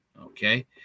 Okay